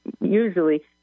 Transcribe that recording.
usually